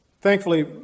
Thankfully